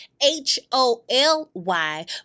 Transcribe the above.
H-O-L-Y